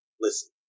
Listen